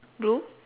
blue